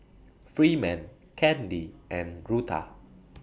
Freeman Candi and Rutha